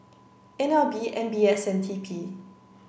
N L B M B S and T P